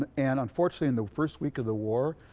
and and unfortunately in the first week of the war